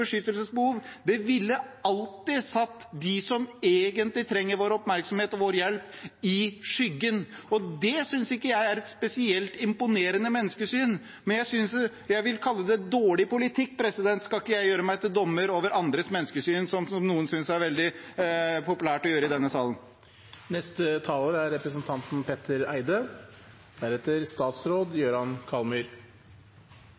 alltid satt dem som egentlig trenger vår oppmerksomhet og vår hjelp, i skyggen. Det synes jeg ikke er et spesielt imponerende menneskesyn. Jeg vil kalle det dårlig politikk. Jeg skal ikke gjøre meg til dommer over andres menneskesyn, som noen i denne salen synes er veldig populært å gjøre. Nå begynner denne debatten å bli litt varm – det er